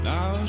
Now